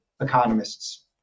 economists